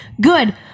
Good